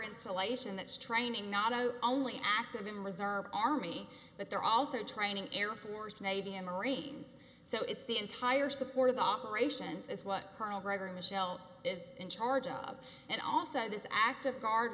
insulation that's training not only active in reserve army but they're also training air force navy and marines so it's the entire support of operations as what colonel gregory michel is in charge of and also this active guard